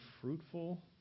fruitful